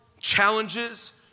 challenges